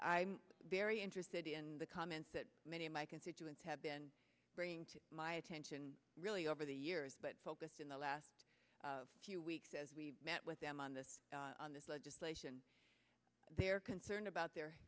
i'm very interested in the comments that many of my constituents have been bringing to my attention really over the years but focused in the last few weeks as we've met with them on this on this legislation they're concerned about their